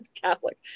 Catholic